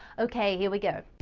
okay here we go!